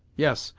yes,